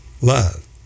Love